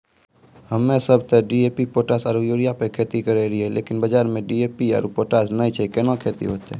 हम्मे सब ते डी.ए.पी पोटास आरु यूरिया पे खेती करे रहियै लेकिन बाजार मे डी.ए.पी आरु पोटास नैय छैय कैना खेती होते?